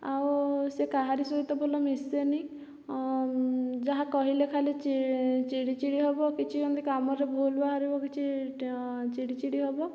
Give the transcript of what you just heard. ଆଉ ସେ କାହାରି ସହିତ ଭଲ ମିଶେନି ଯାହା କହିଲେ ଖାଲି ଚିଡ଼ି ଚିଡ଼ି ହେବ କିଛି ହେମିତି କାମରେ ଭୁଲ୍ ବାହାରିବ କିଛି ଚିଡ଼ି ଚିଡ଼ି ହେବା